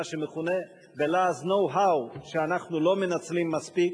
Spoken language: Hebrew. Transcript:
שמכונה בלעז know howשאנחנו לא מנצלים מספיק.